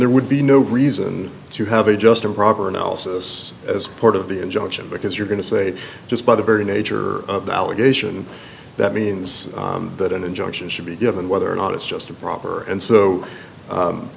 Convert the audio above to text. there would be no reason to have a just improper analysis as part of the injunction because you're going to say just by the very nature of the allegation that means that an injunction should be given whether or not it's just improper and so